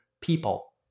people